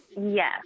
Yes